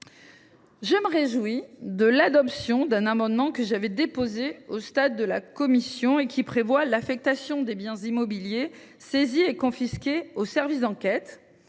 Je me réjouis de l’adoption d’un amendement que j’avais déposé en commission et qui tend à prévoir l’affectation des biens immobiliers saisis et confisqués aux services d’enquête,